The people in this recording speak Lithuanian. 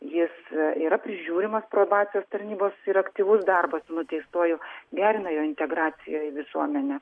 jis yra prižiūrimas probacijos tarnybos ir aktyvus darbas su nuteistuoju gerina jo integraciją į visuomenę